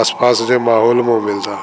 आस पास जे माहौल में मिलंदा